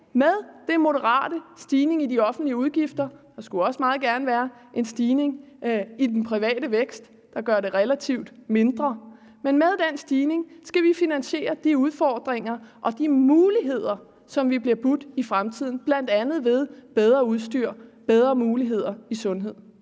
med den moderate stigning i de offentlige udgifter, der skulle også meget gerne være en stigning i den private vækst, der gør det relativt mindre, men med den stigning skal vi finansiere de udfordringer og de muligheder, som vi bliver budt i fremtiden, bl.a. ved bedre udstyr, bedre muligheder i sundhed.